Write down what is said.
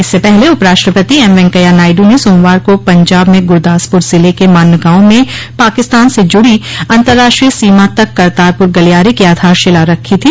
इससे पहले उपराष्ट्रपति एम वेंकैया नायड् ने सोमवार को पंजाब में गुरदासपुर जिले के मान्न गांव में पाकिस्तान से जुड़ी अंतर्राष्ट्रीय सीमा तक करतारपुर गलियारे की आधारशिला रखी थी